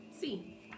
See